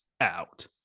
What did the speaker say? out